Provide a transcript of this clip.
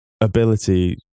ability